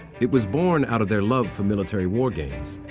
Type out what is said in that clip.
it was born out of their love for military war games,